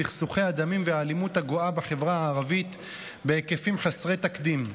סכסוכי הדמים והאלימות הגואה בחברה הערבית בהיקפים חסרי תקדים,